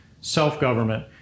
self-government